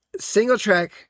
Singletrack